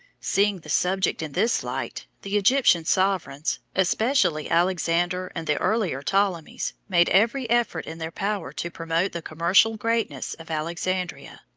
seeing the subject in this light, the egyptian sovereigns, especially alexander and the earlier ptolemies, made every effort in their power to promote the commercial greatness of alexandria.